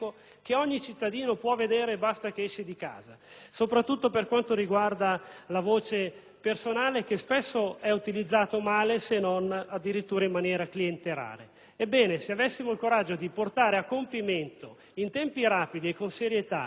che ogni cittadino può vedere, basta che esca di casa, soprattutto per quanto riguarda la voce «personale», che spesso è utilizzato male se non addirittura in maniera clientelare. Ebbene, se avessimo il coraggio di portare a compimento in tempi rapidi e con serietà